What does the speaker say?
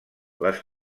les